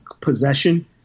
possession